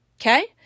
Okay